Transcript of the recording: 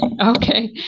Okay